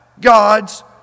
God's